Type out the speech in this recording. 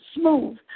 smooth